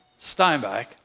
Steinbeck